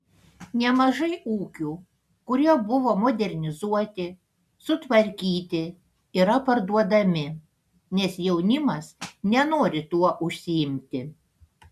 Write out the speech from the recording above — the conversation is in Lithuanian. nemažai ūkių kurie buvo modernizuoti sutvarkyti yra parduodami nes jaunimas nenori tuo užsiimti